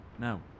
Now